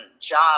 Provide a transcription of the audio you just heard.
job